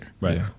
Right